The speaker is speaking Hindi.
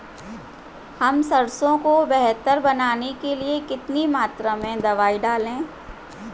हम सरसों को बेहतर बनाने के लिए कितनी मात्रा में दवाई डालें?